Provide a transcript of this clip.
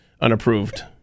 unapproved